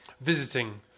Visiting